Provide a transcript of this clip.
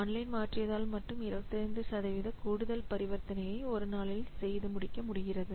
online மாற்றியதால் மட்டுமே 25 சதவீத கூடுதல் பரிவர்த்தனையை ஒரு நாளில் முடிக்க முடிகிறது